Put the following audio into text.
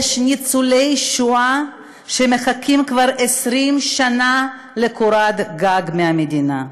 יש ניצולי שואה שמחכים כבר 20 שנה לקורת גג מהמדינה.